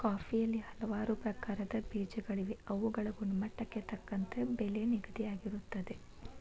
ಕಾಫಿಯಲ್ಲಿ ಹಲವಾರು ಪ್ರಕಾರದ ಬೇಜಗಳಿವೆ ಅವುಗಳ ಗುಣಮಟ್ಟಕ್ಕೆ ತಕ್ಕಂತೆ ಬೆಲೆ ನಿಗದಿಯಾಗಿರುತ್ತದೆ